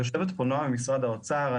יושבת פה נעם דן ממשרד האוצר.